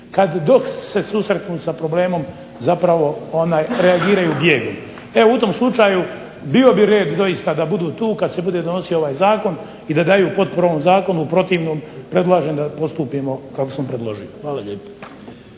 kad dok se susretnu sa problemom zapravo reagiraju bijegom. Evo u tom slučaju bio bi red doista da budu tu kad se bude donosio ovaj Zakon i da daju potporu ovom Zakonu. U protivnom predlažem da postupimo kako sam predložio. Hvala lijepo.